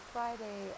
Friday